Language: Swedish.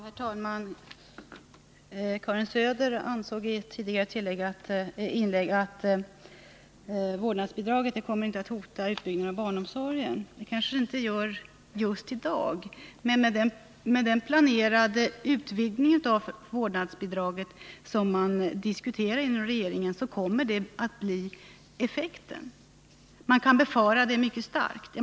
Herr talman! Karin Söder ansåg i ett tidigare inlägg att vårdnadsbidraget inte kommer att hota utbyggnaden av barnomsorgen. Det kanske det inte gör just i dag, men med den utvidgning av vårdnadsbidraget som man diskuterat inom regeringen kommer detta att bli effekten. Man kan befara det mycket starkt.